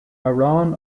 arán